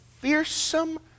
fearsome